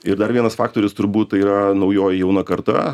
ir dar vienas faktorius turbūt tai yra naujoji jauna karta